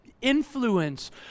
influence